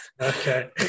okay